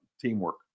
teamwork